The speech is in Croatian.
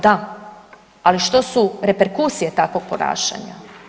Da, ali što su reperkusije takvog ponašanja.